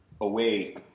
away